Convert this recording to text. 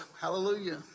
hallelujah